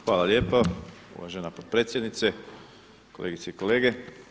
Hvala lijepa uvažena potpredsjednice, kolegice i kolege.